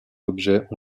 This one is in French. objets